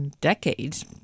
decades